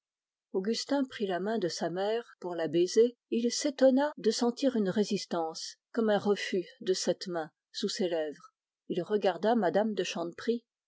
augustin prit la main de sa mère pour la baiser et il s'étonna de sentir une résistance comme un refus de cette main sous ses lèvres il regarda mme de